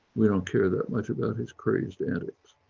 we don't care that much about his crazy antics.